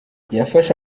yafashe